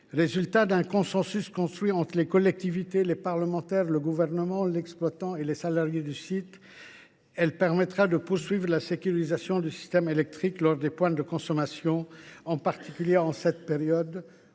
Résultat d’un consensus construit entre les collectivités, les parlementaires, le Gouvernement, l’exploitant et les salariés du site, elle permettra de poursuivre la sécurisation du système électrique lors des pointes de consommation, en particulier en cette période